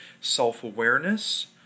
self-awareness